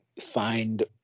find